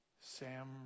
Sam